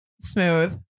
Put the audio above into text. Smooth